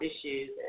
issues